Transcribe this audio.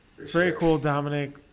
very cool dominic.